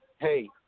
Hey